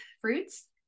fruits